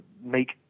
make